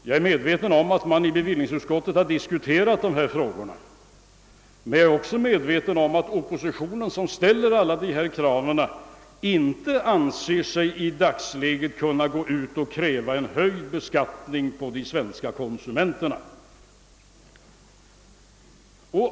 Jag är medveten om att man i bevillningsutskottet har diskuterat dessa frågor, men jag är också medveten om att oppositionen, som ställer alla dessa krav, i dagsläget inte anser sig kunna kräva en höjd beskattning av de svenska konsumenterna.